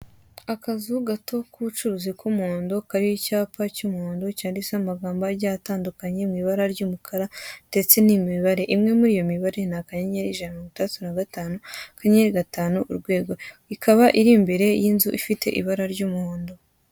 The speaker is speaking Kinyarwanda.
Akazu gato k'ubucuruzi k'umuhondo kariho icyapa cy'umuhondo cyanditseho amagambo agiye atandukanye mu ibara ry'umukara ndetse n'imibare, imwe muri iyo mibare ni akanyenyeri, ijana na mirongo itandatu na gatanu, akanyenyeri gatanu, urwego ikaba iri imbere y'inzu ifite ibara ry'umuhondo.